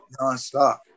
nonstop